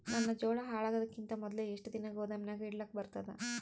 ನನ್ನ ಜೋಳಾ ಹಾಳಾಗದಕ್ಕಿಂತ ಮೊದಲೇ ಎಷ್ಟು ದಿನ ಗೊದಾಮನ್ಯಾಗ ಇಡಲಕ ಬರ್ತಾದ?